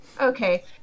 Okay